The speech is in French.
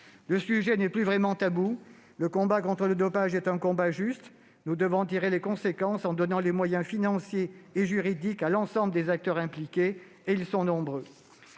Le sujet n'est plus vraiment tabou. Le combat contre le dopage est un combat juste ; nous devons en tirer les conséquences en donnant des moyens financiers et juridiques à l'ensemble des acteurs impliqués- et ils sont nombreux.